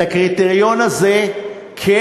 את הקריטריון הזה, כן,